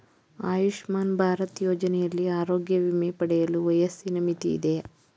ಆಯುಷ್ಮಾನ್ ಭಾರತ್ ಯೋಜನೆಯಲ್ಲಿ ಆರೋಗ್ಯ ವಿಮೆ ಪಡೆಯಲು ವಯಸ್ಸಿನ ಮಿತಿ ಇದೆಯಾ?